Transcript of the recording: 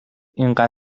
اینقدر